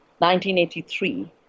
1983